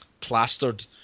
plastered